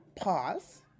pause